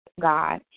God